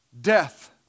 Death